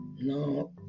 no